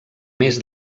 més